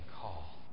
call